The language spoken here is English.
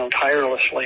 tirelessly